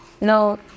No